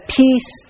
peace